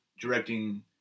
directing